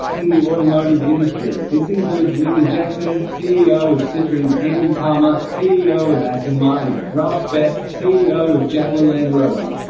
in the automotive industry, this includes linda jackson, ceo of citroen andy palmer, ceo of aston martin ralf speth, ceo of jaguar land rover.